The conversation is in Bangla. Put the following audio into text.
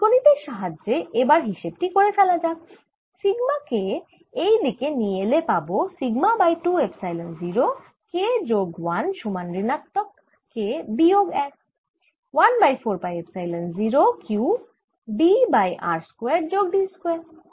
বীজগণিতের সাহায্যে এবার হিসেব টি করে ফেলা যাক সিগমা কে এই দিকে নিয়ে এলে পাবো সিগমা বাই 2 এপসাইলন 0 K যোগ 1 সমান ঋণাত্মক K বিয়োগ 1 1 by 4 pi epsilon 0 q d by r square যোগ d স্কয়ার